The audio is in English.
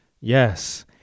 Yes